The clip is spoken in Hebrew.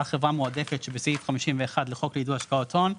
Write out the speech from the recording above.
"חברה מועדפת" שבסעיף 51 לחוק לעידוד השקעות הון,